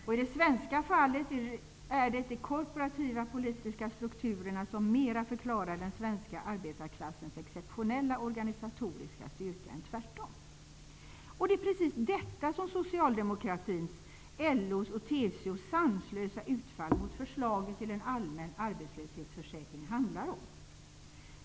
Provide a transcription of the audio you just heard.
Och i det svenska fallet är det de korporativa politiska strukturerna som mera förklarar den svenska arbetarklassens exceptionella organisatoriska styrka än tvärtom. Det är precis detta som Socialdemokraternas, LO:s och TCO:s sanslösa utfall mot förslaget till en allmän arbetslöshetsförsäkring handlar om.